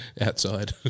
outside